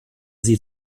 sie